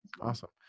Awesome